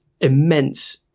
immense